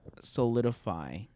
solidify